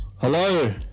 Hello